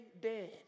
dead